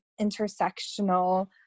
intersectional